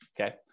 okay